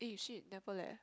eh shit never leh